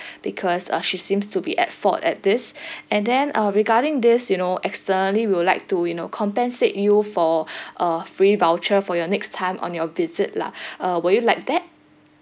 because uh she seems to be at fault at this and then uh regarding this you know externally we would like to you know compensate you for a free voucher for your next time on your visit lah uh will you like that